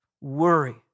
worry